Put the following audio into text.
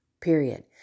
period